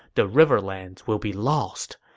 the riverlands will be lost.